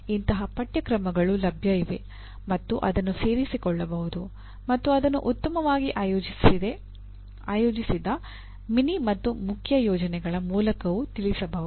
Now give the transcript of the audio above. ಇಂತಹ ಪಠ್ಯಕ್ರಮಗಳು ಲಭ್ಯ ಇವೆ ಮತ್ತು ಅದನ್ನು ಸೇರಿಸಿಕೊಳ್ಳಬಹುದು ಮತ್ತು ಅದನ್ನು ಉತ್ತಮವಾಗಿ ಆಯೋಜಿಸಿದ ಮಿನಿ ಮತ್ತು ಮುಖ್ಯ ಯೋಜನೆಗಳ ಮೂಲಕವೂ ತಿಳಿಸಬಹುದು